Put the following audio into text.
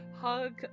hug